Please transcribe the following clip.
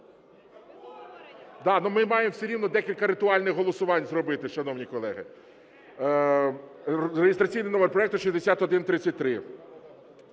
Ми маємо все рівно декілька ритуальних голосувань зробити, шановні колеги. Реєстраційний номер проект 6133.